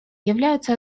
являются